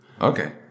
Okay